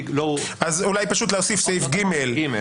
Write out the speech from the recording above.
-- אז אולי פשוט להוסיף סעיף (ג'),